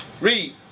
Read